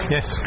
Yes